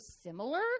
similar